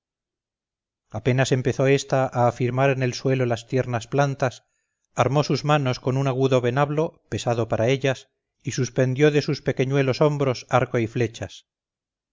apenas empezó esta a afirmar en el suelo las tiernas plantas armó sus manos con un agudo venablo pesado para ellas y suspendió de sus pequeñuelos hombros arco y flechas